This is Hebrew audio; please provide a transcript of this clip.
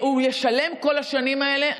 הוא ישלם כל השנים האלה,